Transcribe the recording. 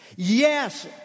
Yes